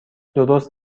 درست